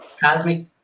cosmic